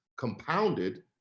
compounded